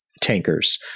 tankers